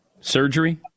Surgery